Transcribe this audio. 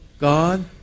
God